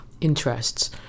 interests